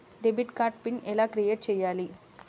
Debit card pin ఎలా create చెయ్యాలి?